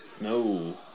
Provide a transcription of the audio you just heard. No